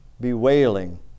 bewailing